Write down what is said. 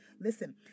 Listen